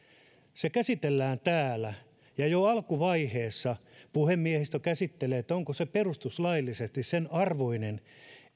se käsitellään täällä ja jo alkuvaiheessa puhemiehistö käsittelee sen onko se perustuslaillisesti sen arvoinen